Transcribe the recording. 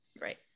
Right